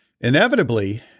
Inevitably